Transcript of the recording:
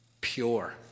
Pure